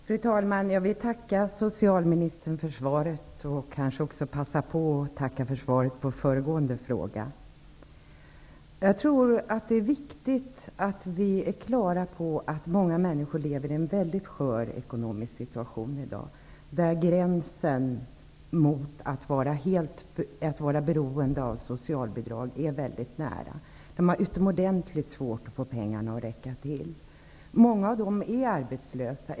Fru talman! Jag vill tacka socialministern för svaret och även passa på att tacka för svaret på föregående fråga. Jag tror att det är viktigt att vi är klara över att många människor lever i en mycket skör ekonomisk situation i dag. Gränsen till att vara beroende av socialbidrag är mycket nära. De har utomordentligt svårt att få pengarna att räcka till. Många av dem är arbetslösa.